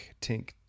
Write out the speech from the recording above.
Tink